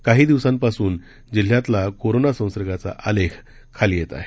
काही दिवसांपासून जिल्ह्यातला कोरोना संसर्गाचा आलेख खाली येत आहे